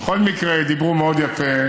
בכל מקרה, דיברו מאוד יפה,